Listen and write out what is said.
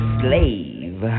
slave